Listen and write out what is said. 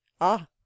Ah